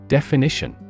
Definition